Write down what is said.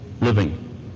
living